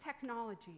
technology